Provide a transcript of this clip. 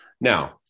now